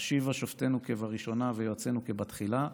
"נשיבה שופטינו כבראשונה ויועצינו כבתחילה",